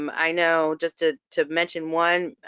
um i know just to to mention one,